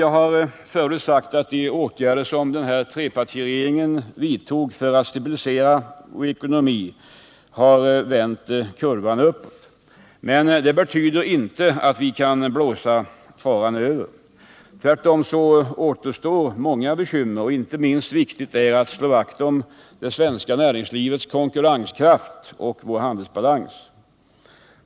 Jag har tidigare sagt att de åtgärder som trepartiregeringen vidtog för att stabilisera vår ekonomi har vänt kurvan uppåt. Men det betyder inte att vi kan blåsa faran över. Tvärtom återstår många bekymmer, och inte minst viktigt är att slå vakt om det svenska näringslivets konkurrenskraft och vår handelsbalans.